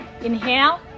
inhale